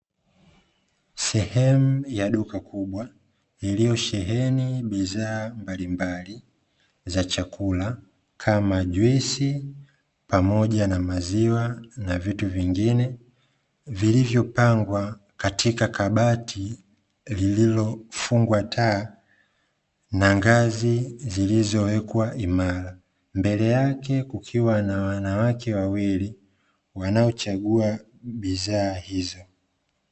Sehemu ya duka kubwa, iliyosheheni bidhaa mbalimbali za chakula, kama juisi, pamoja na maziwa na vitu vingine vilivyopangwa katika kabati lililofungwa taa na ngazi zilizowekwa imara ,mbele yake kukiwa na wanawake wawili wanaochagua bidhaa hizo.